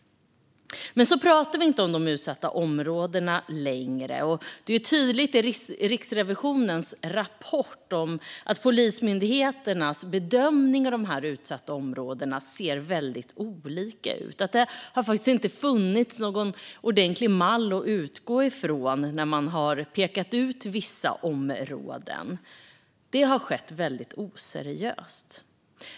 Men så talar vi inte längre om de utsatta områdena. Det är tydligt i Riksrevisionens rapport att Polismyndighetens bedömning av de utsatta områdena ser väldigt olika ut. Det har inte funnits någon ordentlig mall att utgå ifrån när man har pekat ut vissa områden. Det har skett väldigt oseriöst.